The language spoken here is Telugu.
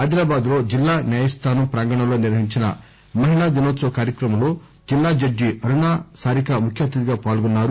అదిలాబాద్లో జిల్లా న్యాయస్లానం ప్రాంగణంలో నిర్వహించిన మహిళా దినోత్సవ కార్యక్రమంలో జిల్లా జడ్జి అరుణా సారిక ముఖ్య అతిథిగా పాల్గొన్సారు